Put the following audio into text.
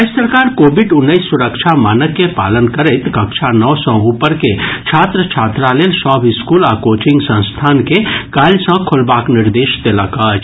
राज्य सरकार कोविड उन्नैस सुरक्षा मानक के पालन करैत कक्षा नओ सँ ऊपर के छात्र छात्रा लेल सभ स्कूल आ कोचिंग संस्थान के काल्हि सँ खोलबाक निर्देश देलक अछि